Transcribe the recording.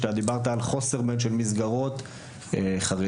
שדיברת על חוסר במסגרות חרדיות,